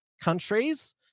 countries